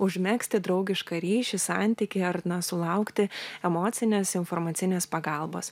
užmegzti draugišką ryšį santykį ar na sulaukti emocinės informacinės pagalbos